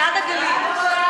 בעד הגליל.